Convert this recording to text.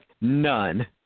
None